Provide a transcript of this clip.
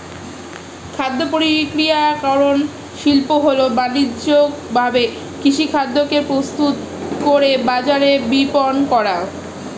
খাদ্যপ্রক্রিয়াকরণ শিল্প হল বানিজ্যিকভাবে কৃষিখাদ্যকে প্রস্তুত করে বাজারে বিপণন করা